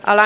ala